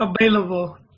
available